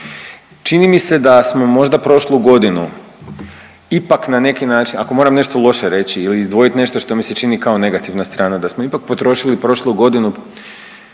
Čini mi se da smo možda prošlu godinu ipak na neki način, ako moram nešto loše reći ili izdvojiti nešto što mi se čini kao negativna strana, da smo ipak potrošili prošlu godinu